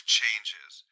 changes